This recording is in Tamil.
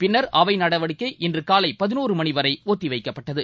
பின்னர் அவை நடவடிக்கை இன்று காலை பதினோரு மணி வரை ஒத்திவைக்கப்பட்டது